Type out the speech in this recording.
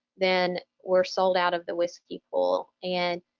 then we're sold out of the whiskey pool. and,